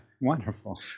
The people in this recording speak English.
Wonderful